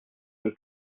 del